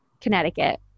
Connecticut